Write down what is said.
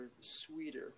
sweeter